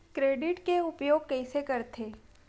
Credit के उपयोग कइसे करथे?